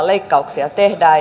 leikkauksia tehdään